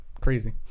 crazy